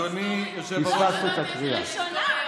הייתי בראשונה.